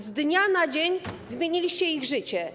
Z dnia na dzień zmieniliście ich życie.